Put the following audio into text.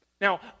Now